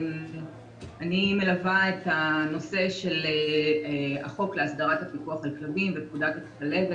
אני מלווה את הנושא של החוק להסדרת הפיקוח על כלבים בפקודת הכלבת